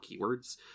keywords